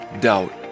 Doubt